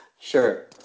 Sure